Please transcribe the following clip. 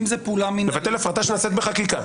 אם זו פעולה מינהלית --- לבטל הפרטה שנעשית בחקיקה.